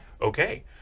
Okay